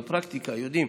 בפרקטיקה יודעים,